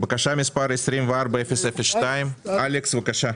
פנייה 24002 24002,